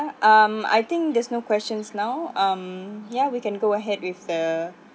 um I think there's no questions now um ya we can go ahead with the